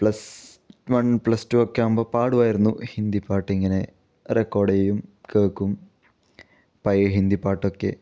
plus one plus two ഒക്കെ ആകുമ്പോൾ പാടുവായിരുന്നു ഹിന്ദി പാട്ടിങ്ങനെ റെക്കോഡ് ചെയ്യും കേൾക്കും പഴയ ഹിന്ദി പാട്ടൊക്കെ